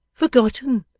forgotten!